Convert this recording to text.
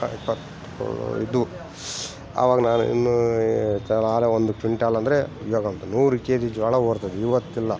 ಇಪ್ಪತ್ತೇಳು ಇದ್ವು ಆವಾಗ ನಾನು ಇನ್ನೂ ಒಂದು ಕ್ವಿಂಟಲ್ ಅಂದರೆ ಇವಾಗ ಅಂತ ನೂರು ಕೆಜಿ ಜೋಳ ಹೋರ್ತಿದ್ವಿ ಇವತ್ತಿಲ್ಲ